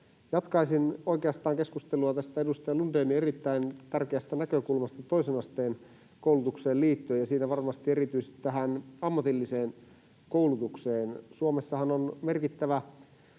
Jatkaisin oikeastaan keskustelua tästä edustaja Lundénin erittäin tärkeästä näkökulmasta toisen asteen koulutukseen liittyen, ja siinä varmasti erityisesti tähän ammatilliseen koulutukseen. Suomessahan on merkittävä